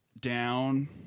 down